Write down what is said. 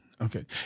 Okay